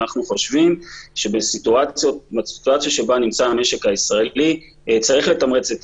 אנחנו חושבים שבסיטואציה שבה נמצא המשק הישראלי צריך לתמרץ את